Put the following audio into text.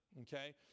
okay